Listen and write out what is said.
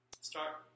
start